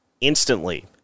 instantly